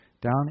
down